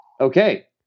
Okay